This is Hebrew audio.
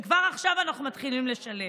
וכבר עכשיו אנחנו מתחילים לשלם.